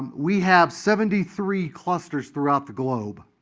we have seventy three clusters throughout the globe.